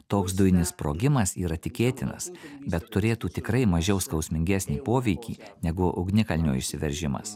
toks dujinis sprogimas yra tikėtinas bet turėtų tikrai mažiau skausmingesnį poveikį negu ugnikalnio išsiveržimas